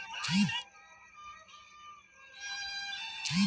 একটা জমিত বছরে কতলা ফসল চাষ করিলে জমিটা উর্বর থাকিবে?